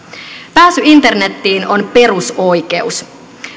pääsy internetiin on perusoikeus